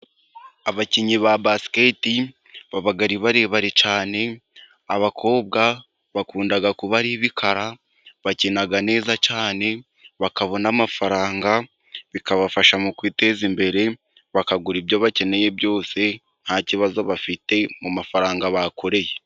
Abakinnyi ba basikete baba ari barebare cyane, abakobwa bakunda kuba ari bikara bakina neza cyane, bakabona amafaranga bikabafasha mu kwiteza imbere bakagura ibyo bakeneye byose, nta kibazo bafite mu mafaranga bakoreye.